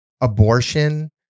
abortion